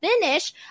finish